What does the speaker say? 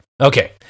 Okay